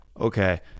Okay